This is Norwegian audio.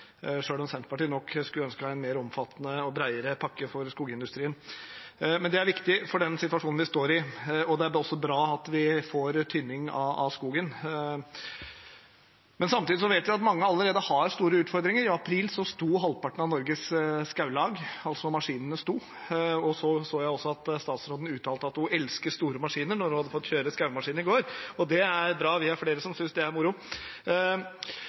om Senterpartiet nok kunne ønske en mer omfattende og bredere pakke for skogindustrien. Men det er viktig for den situasjonen vi står i, og det er også bra at vi får tynning av skogen. Samtidig vet vi at mange allerede har store utfordringer. I april sto halvparten av Norges skoglag – altså, maskinene sto. Jeg så også at statsråden uttalte at hun elsker store maskiner, etter at hun hadde fått kjøre skogsmaskin i går. Det er bra, vi er flere som synes det er moro.